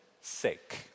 sake